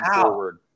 forward